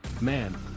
Man